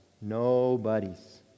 Nobody's